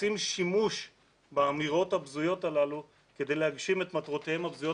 עושים שימוש באמירות הבזויות הללו כדי להגשים את מטרותיהם הבזויות,